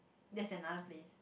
that's another place